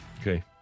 Okay